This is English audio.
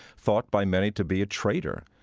thought by many to be a traitor,